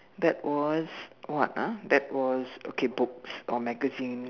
that was what ah that was okay books or magazines